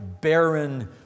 barren